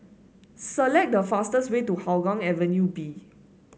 select the fastest way to Hougang Avenue B